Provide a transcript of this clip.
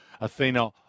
Athena